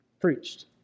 Preached